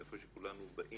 מאיפה שכולנו באים.